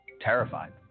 Terrified